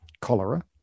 cholera